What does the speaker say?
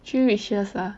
three wishes ah